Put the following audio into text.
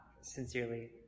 sincerely